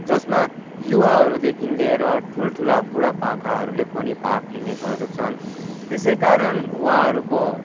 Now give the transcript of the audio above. जसमा युवाहरूदेखिन् लिएर ठुल्ठुला बुढा पाकाहरूले पनि भाग लिने गर्दछन् त्यसैकारण उहाँहरूको